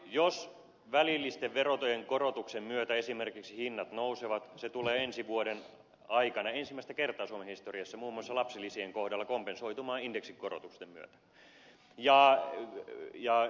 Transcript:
jos välillisten verojen korotuksen myötä esimerkiksi hinnat nousevat se tulee ensi vuoden aikana ensimmäistä kertaa suomen historiassa muun muassa lapsilisien kohdalla kompensoitumaan indeksikorotusten myötä